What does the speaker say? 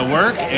work